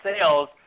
sales